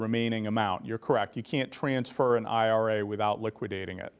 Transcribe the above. remaining amount you're correct you can't transfer an ira without liquidating it